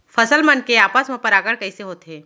फसल मन के आपस मा परागण कइसे होथे?